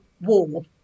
war